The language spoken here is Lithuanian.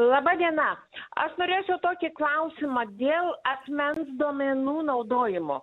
laba diena aš norėčiau tokį klausimą dėl asmens duomenų naudojimo